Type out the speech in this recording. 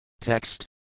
Text